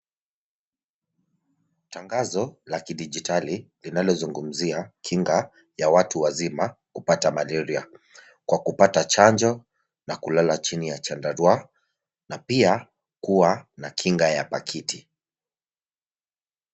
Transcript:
Tangazo la kidigitali linalo zungumzia kinga ya watu wazima kupata malaria wa kupata chanjo na kulala chini ya chandarua na pia kuwa na kinga ya pakiti.